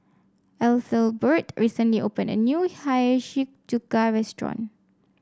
Ethelbert recently opened a new Hiyashi Chuka restaurant